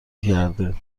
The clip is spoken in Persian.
کرده